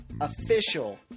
official